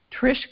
Trish